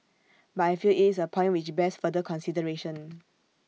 but I feel IT is A point which bears further consideration